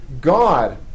God